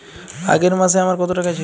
আগের মাসে আমার কত টাকা ছিল?